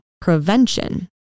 prevention